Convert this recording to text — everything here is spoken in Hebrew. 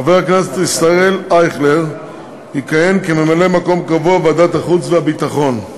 חבר הכנסת ישראל אייכלר יכהן כממלא-מקום קבוע בוועדת החוץ והביטחון.